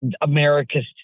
America's